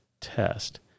test